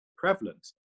prevalent